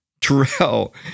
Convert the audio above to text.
Terrell